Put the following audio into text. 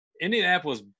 Indianapolis